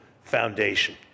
foundation